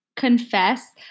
confess